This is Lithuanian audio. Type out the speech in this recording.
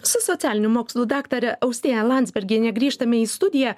su socialinių mokslų daktare austėja landsbergiene grįžtame į studiją